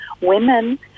women